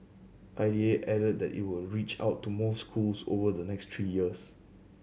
I D A added that it will reach out to more schools over the next three years